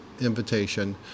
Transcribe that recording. invitation